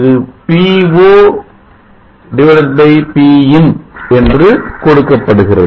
இது P0 Pin என்று கொடுக்கப்படுகிறது